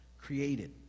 created